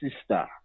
sister